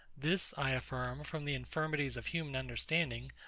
this, i affirm, from the infirmities of human understanding,